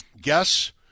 guess